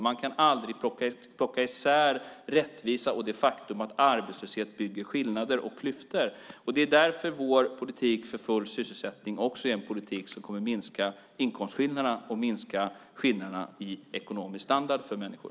Man kan aldrig koppla isär rättvisa och det faktum att arbetslöshet bygger skillnader och klyftor. Det är därför som vår politik för full sysselsättning också är en politik som kommer att minska inkomstskillnaderna och minska skillnaderna i ekonomisk standard för människor.